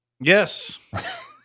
Yes